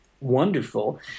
wonderful